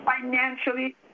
financially